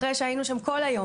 אחרי שהיינו שם כל היום.